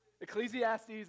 Ecclesiastes